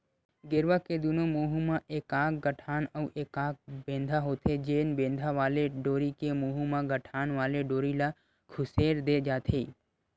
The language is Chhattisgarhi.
गेरवा के दूनों मुहूँ म एकाक गठान अउ एकाक बेंधा होथे, जेन बेंधा वाले डोरी के मुहूँ म गठान वाले डोरी ल खुसेर दे जाथे